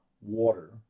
water